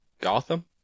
Gotham